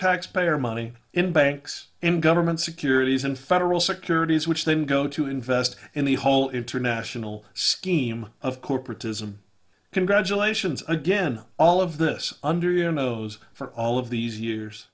taxpayer money in banks and government securities and federal securities which then go to invest in the whole international scheme of corporatism congratulations again all of this under your nose for all of these years